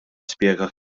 spjega